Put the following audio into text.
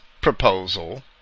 proposal